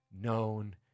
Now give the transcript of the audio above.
known